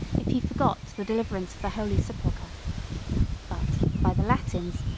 if he forgot the deliverance of the holy sepulchre but, by the latins,